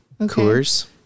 Coors